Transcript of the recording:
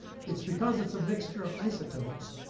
it's because it's a mixture of isotopes.